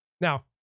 Now